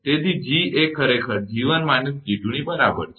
તેથી G એ ખરેખર 𝐺1 − 𝐺2 ની બરાબર છે